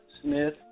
Smith